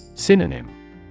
Synonym